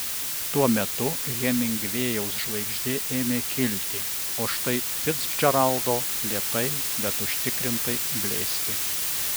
tuo metu hemingvėjaus žvaigždė ėmė kilti o štai ficdžeraldo lėtai bet užtikrintai blėsti